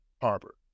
Harbor